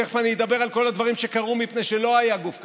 תכף אני אדבר על כל הדברים שקרו מפני שלא היה גוף כזה,